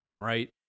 right